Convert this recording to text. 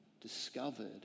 discovered